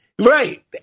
right